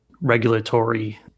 regulatory